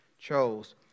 chose